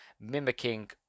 mimicking